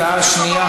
הצעה שנייה,